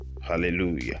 Hallelujah